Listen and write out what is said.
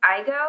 Igo